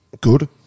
Good